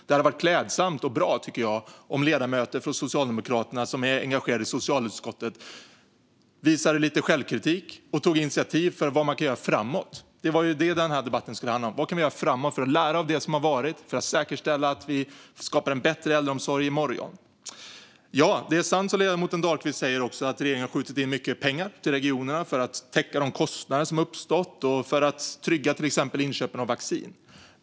Det hade varit klädsamt och bra, tycker jag, om ledamöter från Socialdemokraterna som är engagerade i socialutskottet visade lite självkritik och tog initiativ för vad man kan göra framöver. Det var det som denna debatt skulle handla om - vad vi kan göra framöver för att lära av det som har varit och säkerställa att vi skapar en bättre äldreomsorg i morgon. Ja, det är sant som ledamoten Dahlqvist säger att regeringen har skjutit till mycket pengar till regionerna för att täcka de kostnader som uppstått och för att trygga till exempel inköpen av vaccin.